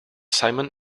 simon